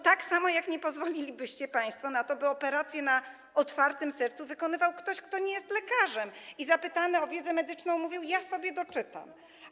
Tak samo, jak nie pozwolilibyście państwo na to, by operację na otwartym sercu wykonywał ktoś, kto nie jest lekarzem, a zapytany o wiedzę medyczną mówił: Ja sobie doczytam.